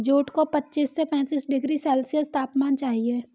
jute को पच्चीस से पैंतीस डिग्री सेल्सियस तापमान चाहिए